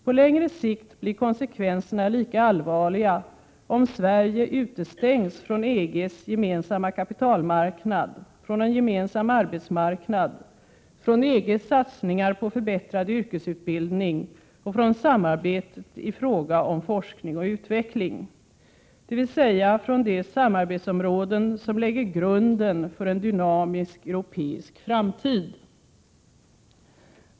På längre sikt blir konsekvenserna lika allvarliga, om Sverige utestängs från EG:s gemensamma kapitalmarknad, från en gemensam arbetsmarknad, från EG:s satsningar på förbättrad yrkesutbildning och från samarbetet i fråga om forskning och utveckling, dvs. från de samarbetsområden som lägger grunden för en dynamisk europeisk framtid.